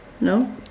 No